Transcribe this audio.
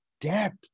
depth